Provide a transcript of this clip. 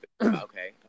Okay